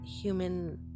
human